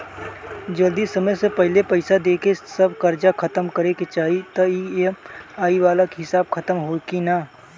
जदी समय से पहिले पईसा देके सब कर्जा खतम करे के चाही त ई.एम.आई वाला हिसाब खतम होइकी ना?